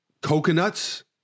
coconuts